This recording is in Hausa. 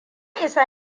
isa